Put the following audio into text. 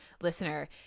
listener